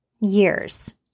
years